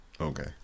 Okay